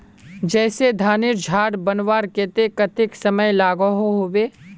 जैसे धानेर झार बनवार केते कतेक समय लागोहो होबे?